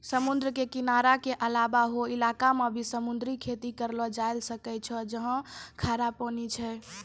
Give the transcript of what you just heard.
समुद्र के किनारा के अलावा हौ इलाक मॅ भी समुद्री खेती करलो जाय ल सकै छै जहाँ खारा पानी छै